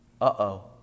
Uh-oh